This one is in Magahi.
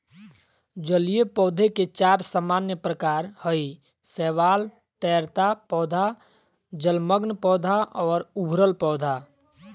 जलीय पौधे के चार सामान्य प्रकार हइ शैवाल, तैरता पौधा, जलमग्न पौधा और उभरल पौधा